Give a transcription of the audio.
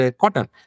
cotton